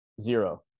zero